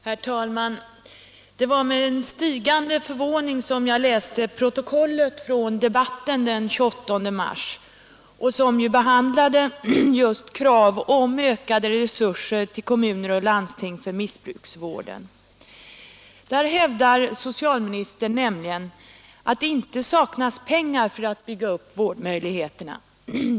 Herr talman! Det var med stigande förvåning jag läste protokollet från debatten den 28 mars som behandlade just krav på en ökning av resurserna till kommuner och landsting för missbruksvården. Där hävdar nämligen socialministern att det inte saknas pengar för att bygga upp vårdmöjligheterna.